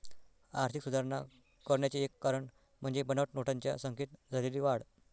आर्थिक सुधारणा करण्याचे एक कारण म्हणजे बनावट नोटांच्या संख्येत झालेली वाढ